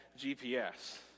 GPS